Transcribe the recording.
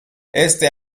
este